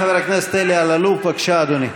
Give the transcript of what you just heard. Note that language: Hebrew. חבר הכנסת אלי אלאלוף, בבקשה, אדוני.